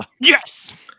Yes